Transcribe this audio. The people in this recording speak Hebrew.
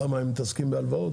למה, עוגן מתעסקים בהלוואות?